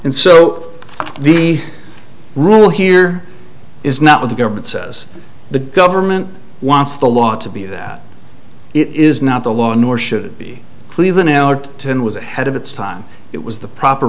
and so the rule here is not what the government says the government wants the law to be that it is not the law nor should it be leavin out ten was ahead of its time it was the proper